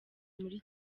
muri